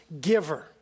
giver